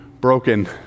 broken